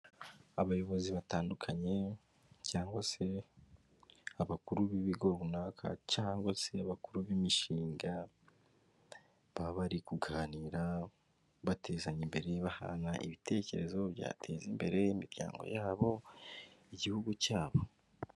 Abayobozi batandukanye cyangwa se abakuru b'ibigo runaka cyangwa se abakuru b'imishinga, baba bari kuganira batezanya imbere bahana ibitekerezo byateza imbere imiryango yabo, igihugu cyabo.